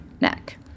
neck